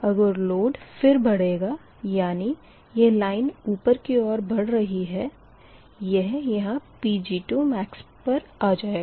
अगर लोड फिर बढ़ेगा यानी यह लाइन ऊपर की ओर बढ़ रही है यह यहाँ Pg2max पर आ जाएगा